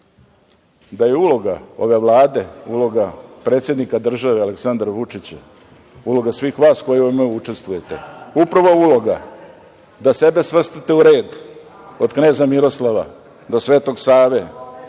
da je uloga ove Vlade, uloga predsednika države Aleksandra Vučića, uloga svih vas koji u ovome učestvujete, upravo uloga da sebe svrstate u red, od kneza Miroslava, do Svetog Save,